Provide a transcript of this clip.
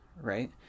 right